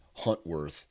Huntworth